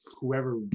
whoever